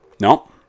no